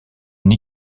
une